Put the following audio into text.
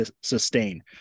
sustain